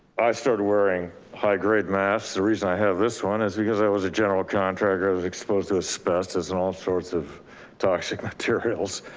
i started wearing high grade masks. the reason i have this one is because i was a general contractor, i was exposed to asbestos and all sorts of toxic materials.